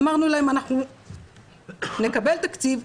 אמרנו להם 'אנחנו נקבל תקציב,